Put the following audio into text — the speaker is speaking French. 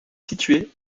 situé